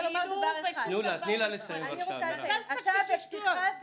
-- אמרת שתגן על